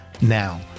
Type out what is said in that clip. Now